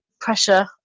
pressure